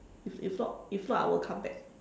if if not if not I won't come back